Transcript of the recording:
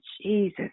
Jesus